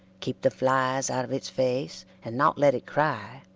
keep the flies out of its face, and not let it cry,